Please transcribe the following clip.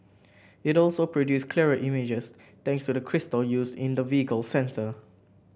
it also produce clearer images thanks to the crystal used in the vehicle's sensor